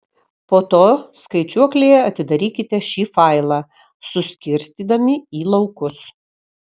po to skaičiuoklėje atidarykite šį failą suskirstydami į laukus